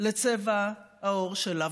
לצבע העור שלה?